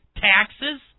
taxes